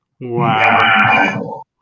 Wow